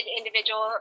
individual